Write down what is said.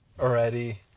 already